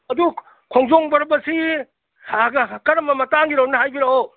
ꯑꯗꯨ ꯈꯣꯡꯖꯣꯝ ꯄꯔꯕꯁꯤ ꯁꯥꯍꯒ ꯀꯔꯝꯕ ꯃꯇꯥꯡꯒꯤꯅꯣ ꯑꯝꯇ ꯍꯥꯏꯕꯤꯔꯛꯑꯣ